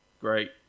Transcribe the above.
great